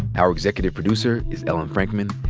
our executive producer is ellen frankman.